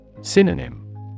Synonym